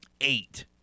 eight